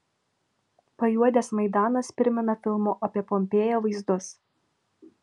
pajuodęs maidanas primena filmo apie pompėją vaizdus